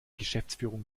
geschäftsführung